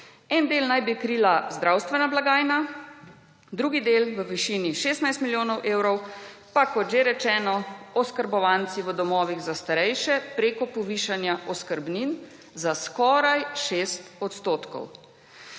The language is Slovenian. En del naj bi krila zdravstvena blagajna, drugi del, v višini 16 milijonov evrov, pa kot že rečeno, oskrbovanci v domovih za starejše, preko povišanja oskrbnin za skoraj 6 %.